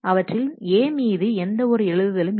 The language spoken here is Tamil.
அவற்றின் A மீது எந்த ஒரு எழுதுதலும் இல்லை